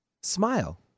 smile